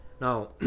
Now